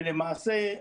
ולמעשה,